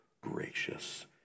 gracious